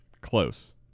close